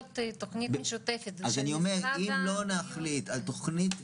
תכנית משותפת --- זה צריך להיות לדעתי